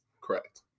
correct